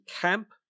camp